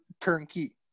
turnkey